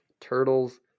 turtles